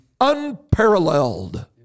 unparalleled